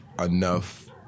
enough